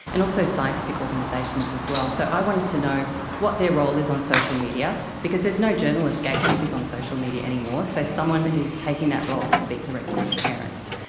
and also scientific organisations as well. so i wanted to know what their role is on social media because there's no journalist gatekeepers on social media anymore, so someone is taking that role to speak directly to parents.